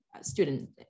student